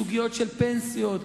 סוגיות של פנסיות,